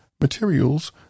materials